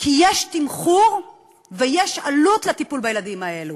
כי יש תמחור ויש עלות לטיפול בילדים האלו.